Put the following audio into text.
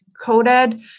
coated